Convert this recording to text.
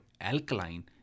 alkaline